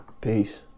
peace